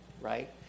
right